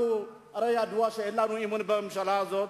הרי ידוע שאין לנו אמון בממשלה הזאת,